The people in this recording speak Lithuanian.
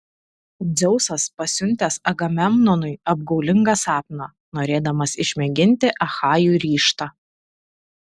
dzeusas pasiuntęs agamemnonui apgaulingą sapną norėdamas išmėginti achajų ryžtą